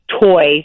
toy